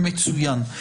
מטבע הדברים,